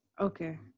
Okay